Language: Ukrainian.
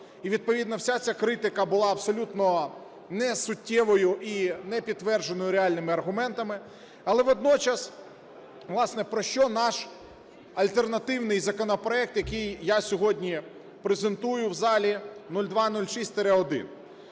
відповідно вся ця критика була абсолютно несуттєвою і непідтвердженою реальними аргументами. Але водночас, власне, про що наш альтернативний законопроект, який я сьогодні презентую в залі 0206-1.